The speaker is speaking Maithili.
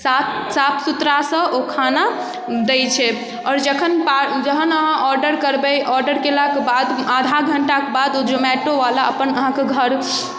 साफ साफ सुथरासँ ओ खाना दै छै आओर जखन पा जखन अहाँ ऑर्डर करबै ऑर्डर केलाके बाद आधा घंटा बाद ओ जोमैटोवला अहाँके अपन घर